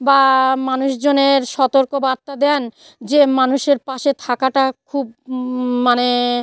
বা মানুষজনের সতর্কবার্তা দেন যে মানুষের পাশে থাকাটা খুব মানে